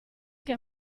che